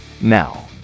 Now